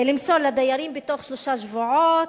למסור לדיירים בתוך שלושה שבועות,